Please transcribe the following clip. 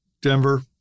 Denver